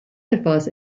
etwas